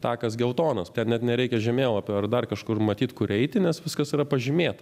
takas geltonas ten net nereikia žemėlapio ar dar kažkur matyt kur eiti nes viskas yra pažymėta